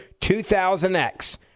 2000X